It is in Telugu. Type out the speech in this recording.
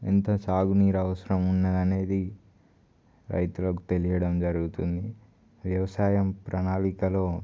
ఎంత సాగునీరు అవసరం ఉన్నదనేది రైతులకు తెలియడం జరుగుతుంది వ్యవసాయం ప్రణాళికలో